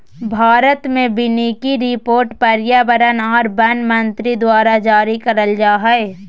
भारत मे वानिकी रिपोर्ट पर्यावरण आर वन मंत्री द्वारा जारी करल जा हय